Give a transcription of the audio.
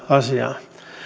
asiaan